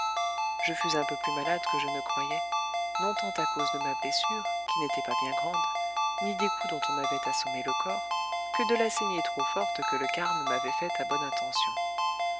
je fus un peu plus malade que je ne croyais non tant à cause de ma blessure qui n'était pas bien grande ni des coups dont on m'avait assommé le corps que de la saignée trop forte que le carme m'avait faite à bonne intention